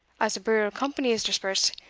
as the burial company has dispersed,